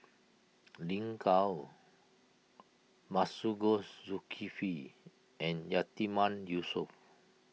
Lin Gao Masagos Zulkifli and Yatiman Yusof